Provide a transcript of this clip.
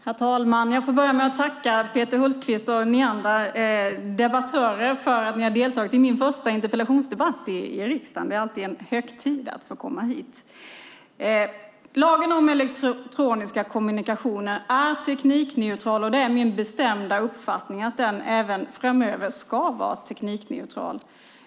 Herr talman! Jag får tacka Peter Hultqvist och andra debattörer för att de har deltagit i min första interpellationsdebatt. Det är en högtid att få komma hit. Lagen om elektroniska kommunikationer är teknikneutral, och det är min bestämda uppfattning att den även framöver ska vara teknikneutral.